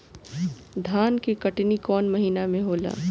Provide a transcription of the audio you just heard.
धान के कटनी कौन महीना में होला?